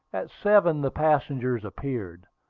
at seven the passengers appeared.